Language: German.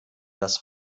das